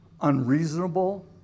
unreasonable